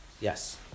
Yes